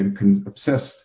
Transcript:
obsessed